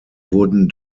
wurden